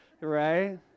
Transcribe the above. right